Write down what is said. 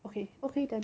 okay okay done